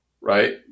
right